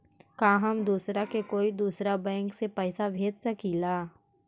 का हम दूसरा के कोई दुसरा बैंक से पैसा भेज सकिला?